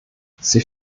sie